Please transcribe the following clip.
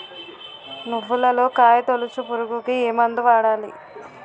నువ్వులలో కాయ తోలుచు పురుగుకి ఏ మందు వాడాలి?